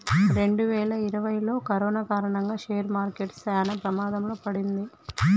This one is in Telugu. రెండువేల ఇరవైలో కరోనా కారణంగా షేర్ మార్కెట్ చానా ప్రమాదంలో పడింది